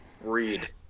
read